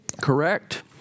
Correct